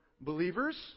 believers